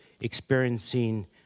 experiencing